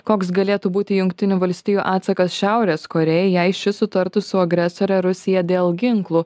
koks galėtų būti jungtinių valstijų atsakas šiaurės korėjai jei ši sutartų su agresore rusija dėl ginklų